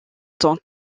tant